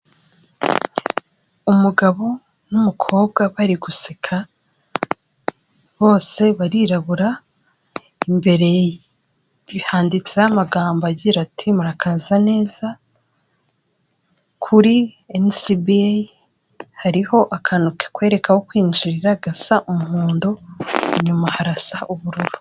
Umugabo n'umukobwa bari guseka, bose barirabura, imbere handitseho amagambo agira ati "murakaza neza kuri NCBA", hariho akantu kekwereka aho kwinjirira gasa umuhondo, inyuma harasa ubururu.